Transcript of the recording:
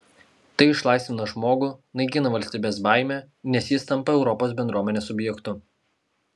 tai išlaisvina žmogų naikina valstybės baimę nes jis tampa europos bendruomenės subjektu